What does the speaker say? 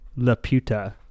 Laputa